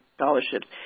scholarships